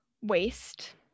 waste